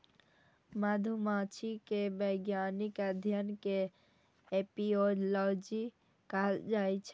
मधुमाछी के वैज्ञानिक अध्ययन कें एपिओलॉजी कहल जाइ छै